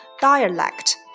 Dialect